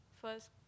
First